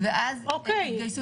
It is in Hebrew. היא לא קיימת.